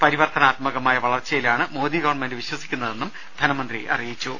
പരിവർത്തനാത്മകമായ വളർച്ചയിലാണ് മോദി ഗവൺമെന്റ് വിശ്വസിക്കുന്നതെന്നും ധനമന്ത്രി പറഞ്ഞു